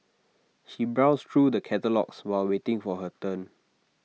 she browsed through the catalogues while waiting for her turn